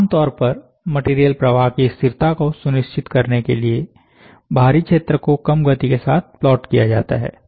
आमतौर पर मटेरियल प्रवाह की स्थिरता को सुनिश्चित करने के लिए बाहरी क्षेत्र को कम गति के साथ प्लॉट किया जाता है